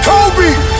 Kobe